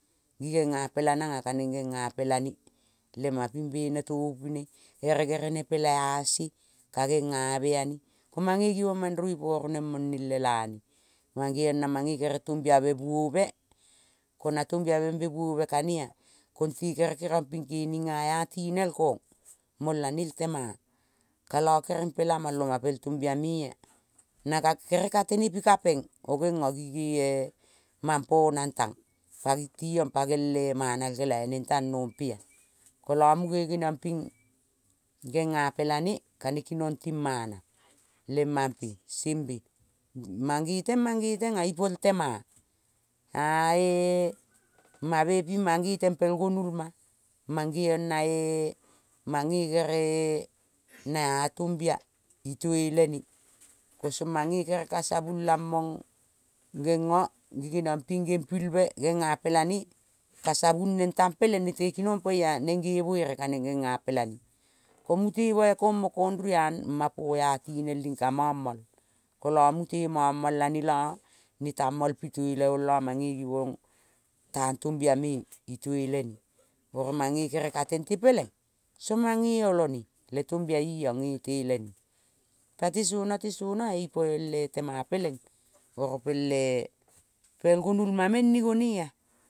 Gi genga pela nang kaneng genga pela ne le ma ping bene tovu ne ere gerene pela-a se ka gengave ane. Ko mange mangivong mandrovi po roneng mone el lela ne-a. Mangeong na mange kere tombiave buove ko na tombiave buove kane-a. Konte kere keriong ping kening a-a tinel kong molane el tema kala kerengpela mol oma pel tombia me-a. Na kere ka teme pikapeng o gengo gie mampo nang tang pa giong gel-e mana kelai neng tang nampe-a kola muge geniong ping gengapela ne ka-ne kinong ting mana, le mampe sembe. Mange teng, mange teng-a ipo el tema. Ae mame ping mangeteng pel gonul ma mangeong nae mange kere na-a tombia ituelene kosong mange kere ka savung lamang genga geniong ping gengpilbe gengapela ne ka savung neng tang peleng nete kinong pai-a neng ge vere kaneng gengapela ne ko mute bai kong mo kong rua ma po a tinel ling ka mam mal kola mute mam-mol ane la ta-mol piteleong la mange givong tang tombia me itelene. Oro mange kere ka tente peleng mange olo ne le tombia i-ong itele ne. Ka tesona, tesona ipo el-e tema peleng oro pel-e gonulma-me nigonei-a.